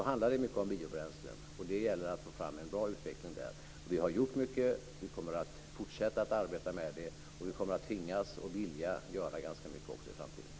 Då handlar det mycket om biobränslen, och det gäller att få fram en bra utveckling på det området. Vi har gjort mycket. Vi kommer att fortsätta att arbeta med det, och vi kommer att tvingas och att vilja göra ganska mycket i framtiden.